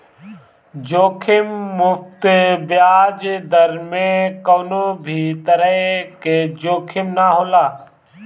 जोखिम मुक्त बियाज दर में कवनो भी तरही कअ जोखिम ना होला